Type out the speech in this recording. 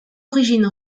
origine